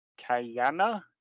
Kayana